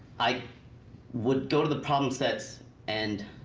i would go to the problem sets and